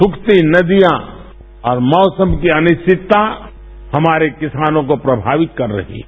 सूखती नदियां और मौसम की अनिरवितता हमारे किसानों को प्रभावित कर रही है